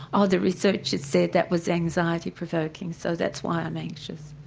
oh, the researchers said that was anxiety-provoking so that's why i'm anxious.